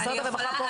משרד הרווחה פה,